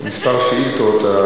כמה שאילתות.